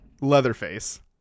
Leatherface